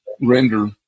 render